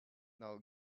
now